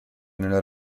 nella